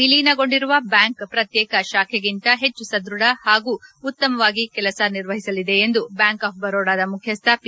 ವಿಲೀನಗೋಂಡಿರುವ bank ಪ್ರತ್ಯೇಕ ಶಾಖೆಗಿಂತ ಹೆಚ್ಚು ಸಧೃಢವಾಗಿ ಹಾಗೂ ಉತ್ತಮವಾಗಿ ಕೆಲಸ ನಿರ್ವಹಿಸಲಿದೆ ಎಂದು ಬ್ಯಾಂಕ್ ಆಫ್ ಬರೋಡಾದ ಮುಖ್ಯಸ್ದ ಪಿ